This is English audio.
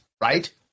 right